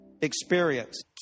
experience